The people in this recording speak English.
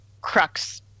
crux